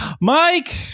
Mike